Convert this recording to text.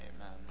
Amen